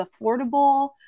affordable